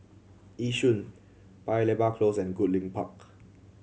Yishun Paya Lebar Close and Goodlink Park